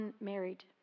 unmarried